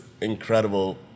incredible